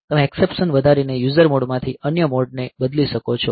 તમે એક્સેપ્શન વધારીને યુઝર મોડમાંથી અન્ય મોડને બદલી શકો છો